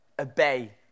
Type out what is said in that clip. obey